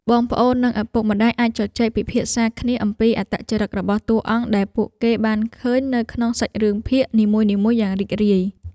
បងប្អូននិងឪពុកម្ដាយអាចជជែកពិភាក្សាគ្នាអំពីអត្តចរិតរបស់តួអង្គដែលពួកគេបានឃើញនៅក្នុងសាច់រឿងភាគនីមួយៗយ៉ាងរីករាយ។